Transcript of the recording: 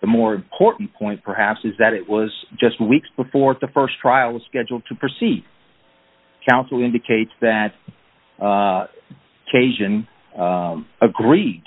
the more important point perhaps is that it was just weeks before the st trial was scheduled to proceed counsel indicates that cajun agreed